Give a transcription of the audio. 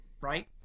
right